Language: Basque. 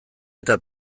eta